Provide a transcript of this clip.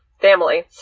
family